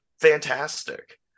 Fantastic